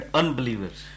unbelievers